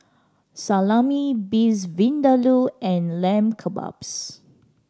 Salami Beef Vindaloo and Lamb Kebabs